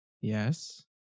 yes